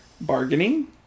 Bargaining